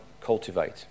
cultivate